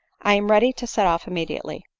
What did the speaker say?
i am ready to set off immediately.